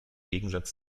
gegensatz